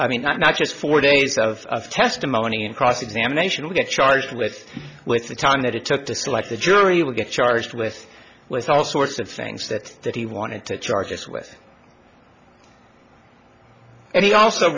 i mean not just four days of testimony and cross examination we get charged with with the time that it took dislike the jury will get charged with with all sorts of things that that he wanted to charge us with and he also